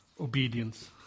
obedience